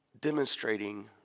demonstrating